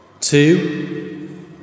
two